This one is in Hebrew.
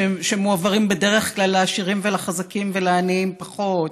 שמועברים בדרך כלל לעשירים ולחזקים ולעניים, פחות,